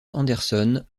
anderson